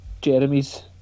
Jeremy's